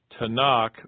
Tanakh